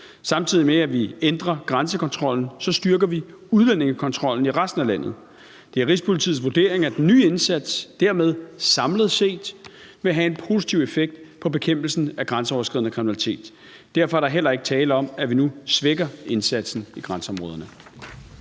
Samtidig med at vi ændrer grænsekontrollen, styrker vi udlændingekontrollen i resten af landet. Det er Rigspolitiets vurdering, at den nye indsats dermed samlet set vil have en positiv effekt på bekæmpelsen af grænseoverskridende kriminalitet. Derfor er der heller ikke tale om, at vi nu svækker indsatsen i grænseområderne.